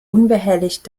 unbehelligt